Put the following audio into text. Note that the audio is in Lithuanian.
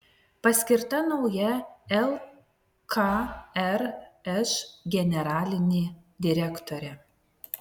paskirta nauja lkrš generalinė direktorė